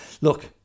look